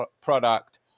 product